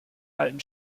alten